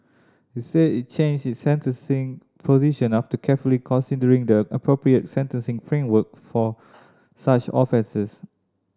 it said it changed its sentencing position after carefully considering the appropriate sentencing framework for such offences